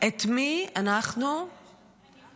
את מי אנחנו נדאג,